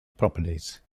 properties